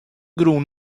grûn